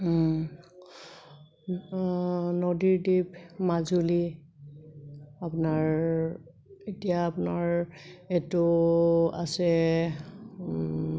নদীদ্বীপ মাজুলী আপোনাৰ এতিয়া আপোনাৰ এইটো আছে